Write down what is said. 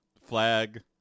flag